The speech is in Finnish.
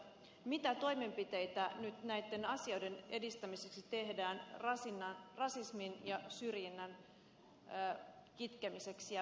mitä toimenpiteitä nyt näitten asioiden edistämiseksi tehdään rasismin ja syrjinnän kitkemiseksi ja vähentämiseksi